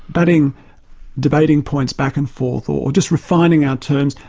batting debating points back and forth, or just refining our terms,